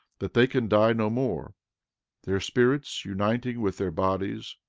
that they can die no more their spirits uniting with their bodies,